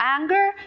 anger